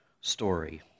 story